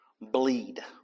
bleed